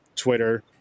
Twitter